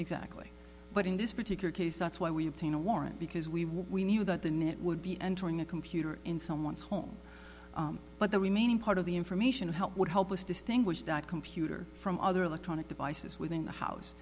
exactly but in this particular case that's why we obtain a warrant because we we knew that the net would be entering a computer in someone's home but the remaining part of the information help would help us distinguish that computer from other electronic devices within the house